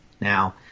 now